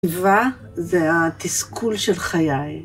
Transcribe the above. טבע זה התסכול של חיי.